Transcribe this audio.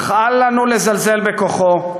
אך אל לנו לזלזל בכוחו.